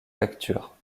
facture